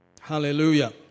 Hallelujah